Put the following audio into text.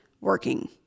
working